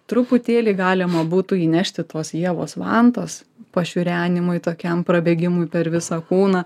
truputėlį galima būtų įnešti tos ievos vantos pašiurenimui tokiam prabėgimui per visą kūną